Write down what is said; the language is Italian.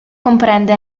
comprende